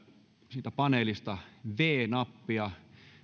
siitä paneelista viides nappia viiden